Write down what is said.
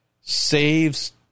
saves